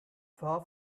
far